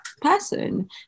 person